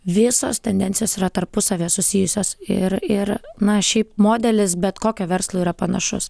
visos tendencijos yra tarpusavyje susijusios ir ir na šiaip modelis bet kokio verslo yra panašus